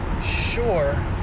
sure